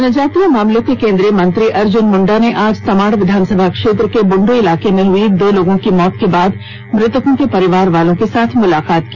जनजातीय मामलों के केंद्रीय मंत्री अर्जुन मुंडा ने आज तमाड़ विधानसभा क्षेत्र के बुंडू इलाके में हई दो लोगों की मौत के बाद मृत्तकों के परिवार वालों के साथ मुलाकात की